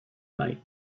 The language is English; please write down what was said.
night